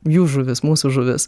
jų žuvis mūsų žuvis